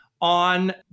on